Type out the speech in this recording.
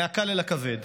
מהקל אל הכבד.